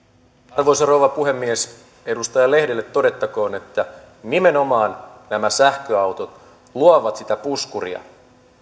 arvoisa rouva puhemies edustaja lehdelle todettakoon että nimenomaan nämä sähköautot luovat sitä puskuria